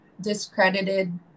discredited